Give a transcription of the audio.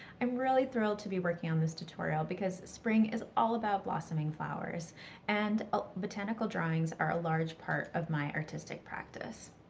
i'm really thrilled to be working on this tutorial because spring is all about blossoming flowers and ah botanical drawings are a large part of my artistic practice.